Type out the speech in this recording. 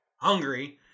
Hungry